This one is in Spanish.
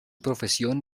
profesión